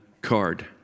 card